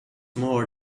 more